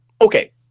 okay